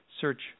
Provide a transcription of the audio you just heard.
search